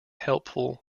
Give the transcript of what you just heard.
helpful